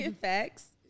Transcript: facts